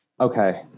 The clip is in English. okay